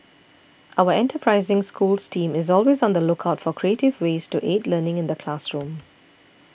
our enterprising Schools team is always on the lookout for creative ways to aid learning in the classroom